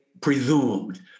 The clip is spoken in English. presumed